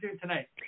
tonight